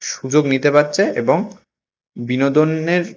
সুযোগ নিতে পারছে এবং বিনোদনের